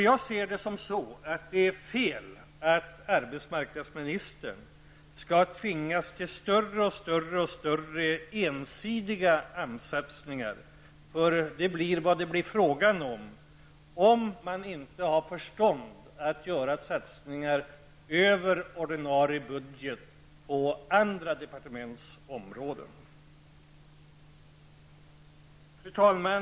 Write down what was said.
Jag anser att det är fel att arbetsmarknadsministern skall tvingas till större och större ensidiga satsningar. Så blir nämligen fallet om man inte har förstånd att göra satsningar över ordinarie budget på andra departements områden. Fru talman!